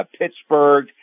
Pittsburgh